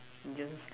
just